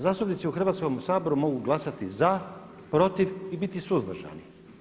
Zastupnici u Hrvatskom saboru mogu glasati za, protiv i biti suzdržani.